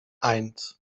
eins